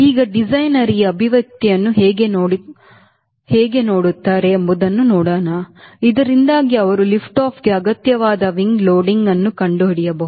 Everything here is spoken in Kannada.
ಈಗ ಡಿಸೈನರ್ ಈ ಅಭಿವ್ಯಕ್ತಿಯನ್ನು ಹೇಗೆ ನೋಡುತ್ತಾರೆ ಎಂಬುದನ್ನು ನೋಡೋಣ ಇದರಿಂದಾಗಿ ಅವರು ಲಿಫ್ಟ್ ಆಫ್ಗೆ ಅಗತ್ಯವಾದ ರೆಕ್ಕೆ ಲೋಡಿಂಗ್ ಅನ್ನು ಕಂಡುಹಿಡಿಯಬಹುದು